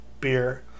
beer